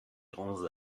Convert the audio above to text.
grands